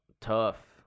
Tough